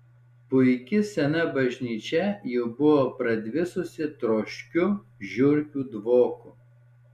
puiki sena bažnyčia jau buvo pradvisusi troškiu žiurkių dvoku